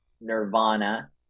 Nirvana